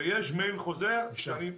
ויש מייל חוזר האומר שהוא מסכים.